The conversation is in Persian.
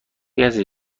کسی